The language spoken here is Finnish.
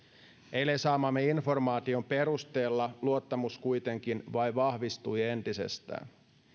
eilen saamamme informaation perusteella luottamus kuitenkin vain vahvistui entisestään